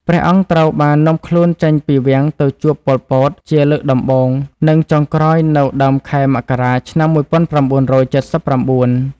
ព្រះអង្គត្រូវបាននាំខ្លួនចេញពីវាំងទៅជួប ប៉ុល ពត ជាលើកដំបូង និងចុងក្រោយនៅដើមខែមករា ឆ្នាំ១៩៧៩។